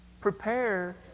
prepare